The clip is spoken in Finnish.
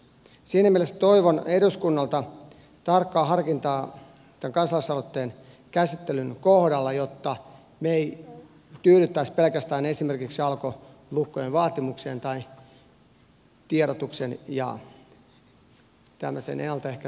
siinä mielessä toivon eduskunnalta tarkkaa harkintaa tämän kansalaisaloitteen käsittelyn kohdalla jotta me emme tyytyisi pelkästään esimerkiksi alkolukkojen vaatimukseen tai tiedotuksen ja tällaisen ennalta ehkäisevän työn lisäämiseen